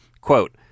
quote